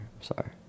sorry